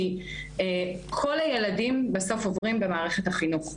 כי כל הילדים בסוף עוברים במערכת החינוך,